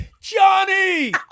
Johnny